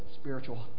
spiritual